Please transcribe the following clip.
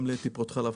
גם לטיפות חלב,